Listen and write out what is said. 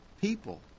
people